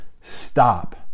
Stop